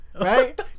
right